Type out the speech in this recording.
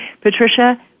Patricia